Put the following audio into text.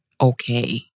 okay